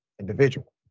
individual